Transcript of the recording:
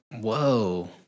Whoa